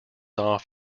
off